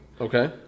Okay